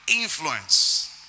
influence